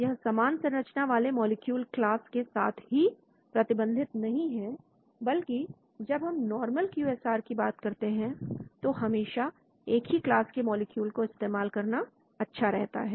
यह समान संरचना वाले मॉलिक्यूल क्लास के साथ ही प्रतिबंधित नहीं है बल्कि जब हम नॉर्मल क्यूएसएआर की बात करते हैं तो हमेशा एक ही क्लास के मॉलिक्यूल को इस्तेमाल करना अच्छा रहता है